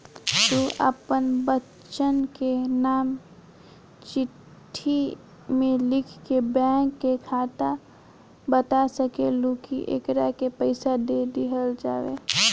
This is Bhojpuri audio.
तू आपन बच्चन के नाम चिट्ठी मे लिख के बैंक के बाता सकेलू, कि एकरा के पइसा दे दिहल जाव